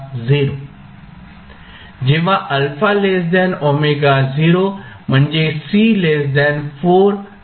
जेव्हा α ω0 म्हणजे